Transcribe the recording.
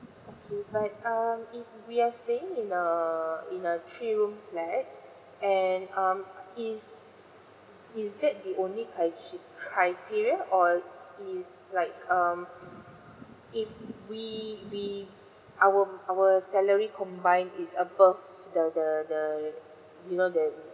kay~ but um if we are staying in a in a three room flat and um is is that the only crit~ criteria or is like um if we we our our salary combine is above the the the you know the